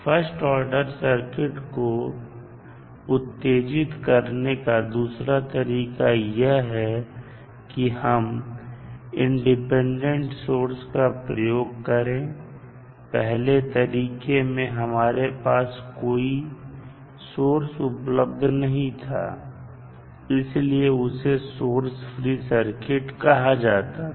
first order circuit को उत्तेजित करने का दूसरा तरीका यह है कि हम इंडिपेंडेंट सोर्स का प्रयोग करें पहले तरीके में हमारे पास कोई सोर्स उपलब्ध नहीं था इसलिए उसे सोर्स फ्री सर्किट कहा जाता था